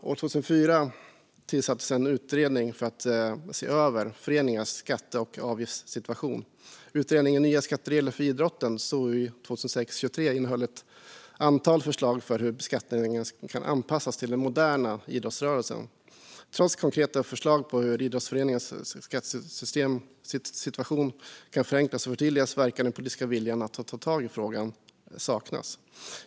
År 2004 tillsattes en utredning för att se över föreningars skatte och avgiftssituation. Utredningen Nya skatteregler för idrotten , SOU 2006:23, innehöll ett antal förslag på hur beskattningen kan anpassas till den moderna idrottsrörelsen. Trots konkreta förslag på hur idrottsföreningars skattesituation kan förenklas och förtydligas verkar den politiska viljan att ta tag i frågan saknas.